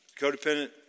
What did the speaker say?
codependent